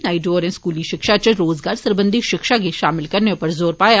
नायडू होरें स्कूली शिक्षा इच रोजगार सरबंधी शिक्षा गी शामल करने उप्पर जोर पाया